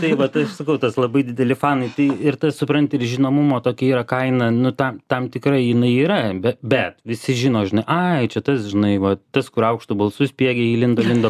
tai vat aš sakau tas labai dideli fanai ir tada supranti ir žinomumo tokia yra kaina nu ta tam tikra jinai yra be bet visi žino žinai ai čia tas žinai va tas kur aukštu balsu spiegė ji lindo lindo